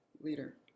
leader